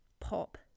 Pop